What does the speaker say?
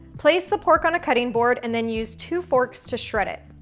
place the pork on a cutting board and then use two forks to shred it.